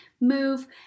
move